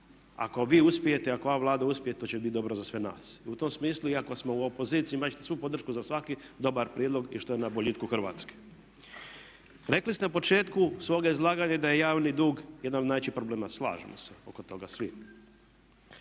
ako vi uspijete, ako ova Vlada uspije, to će biti dobro za sve nas. I u tom smislu iako smo u opoziciji imati ćete svu podršku za svaki dobar prijedlog i što je na boljitku Hrvatske. Rekli ste u početku svoga izlaganja da je javni dug jedan od najvećih problema. Slažemo se oko toga svi.